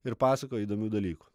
ir pasakoja įdomių dalykų